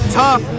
tough